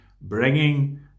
bringing